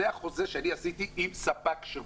זה החוזה שאני עשיתי עם ספק שירות.